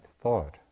thought